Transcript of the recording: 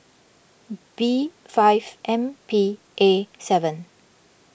B five M P A seven